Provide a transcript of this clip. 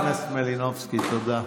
חברת הכנסת מלינובסקי, תודה.